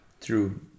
true